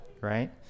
right